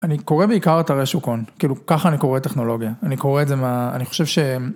אני קורא בעיקר את הרשוקון, כאילו ככה אני קורא את הטכנולוגיה, אני קורא את זה מה, אני חושב שהם...